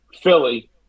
Philly